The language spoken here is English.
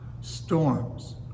storms